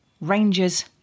Rangers